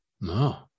No